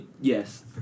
yes